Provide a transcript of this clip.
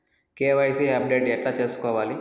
KYC update ఎట్లా సేసుకోవాలి?